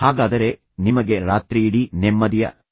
ಹಾಗಾದರೆ ನಿಮಗೆ ರಾತ್ರಿಯಿಡೀ ನೆಮ್ಮದಿಯ ನಿದ್ದೆ ಬರುತ್ತಿದೆಯೇ